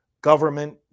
government